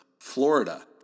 Florida